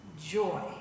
joy